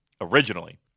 originally